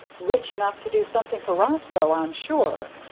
rich enough to do something for roscoe, i'm sure,